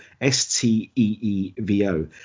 S-T-E-E-V-O